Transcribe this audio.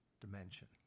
dimension